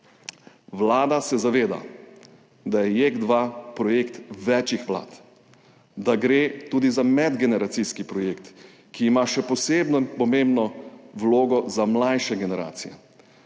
Vlada se zaveda, da je JEK2 projekt več vlad, da gre tudi za medgeneracijski projekt, ki ima še posebej pomembno vlogo za mlajše generacije.